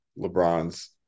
LeBron's